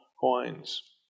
coins